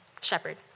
shepherd